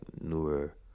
newer